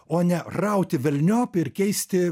o ne rauti velniop ir keisti